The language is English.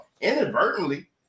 inadvertently